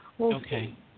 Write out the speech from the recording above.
okay